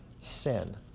sin